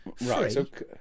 Right